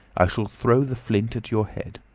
i shall throw the flint at your head.